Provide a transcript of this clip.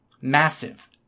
massive